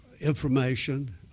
information